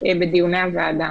בדיוני הוועדה